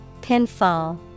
pinfall